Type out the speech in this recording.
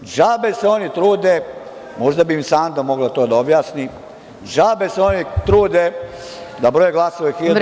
DŽabe se oni trude, možda bi im Sanda mogla to da objasni, džabe se oni trude da broje glasove hiljadu puta.